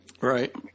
Right